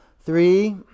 three